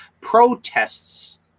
protests